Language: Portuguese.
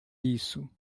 isso